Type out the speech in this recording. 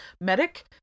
medic